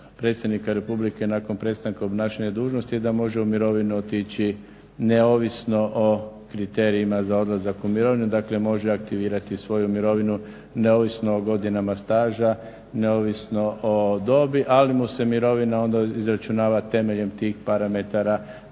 Predsjednika Republike nakon prestanka obnašanja dužnosti da može u mirovinu otići neovisno o kriterijima za odlazak u mirovinu, dakle može aktivirati svoju mirovinu neovisno o godinama staža, neovisno o dobi ali mu se mirovina onda izračunava temeljem tih parametara